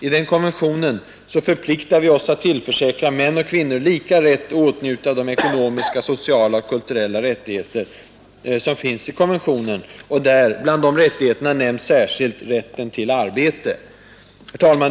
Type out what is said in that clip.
I den konventionen förpliktar vi oss att tillförsäkra män och kvinnor lika rätt att åtnjuta de ekonomiska, sociala SS och kulturella rättigheter som upptas i konventionen. Bland de rättigheterna nämns särskilt rätten till arbete. Herr talman!